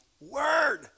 word